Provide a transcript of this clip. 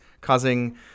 causing